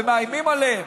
ומאיימים עליהם